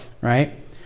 right